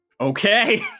Okay